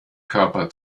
körper